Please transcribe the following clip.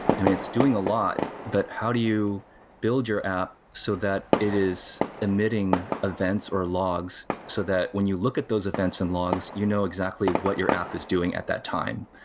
it's doing a lot, but how do you build your app so that it is emitting events, or logs so that when you look at those events and logs, you know exactly what your app is doing at that time.